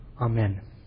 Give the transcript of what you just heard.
Amen